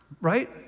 right